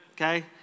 okay